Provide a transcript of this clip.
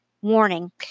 Warning